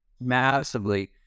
Massively